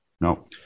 No